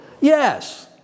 Yes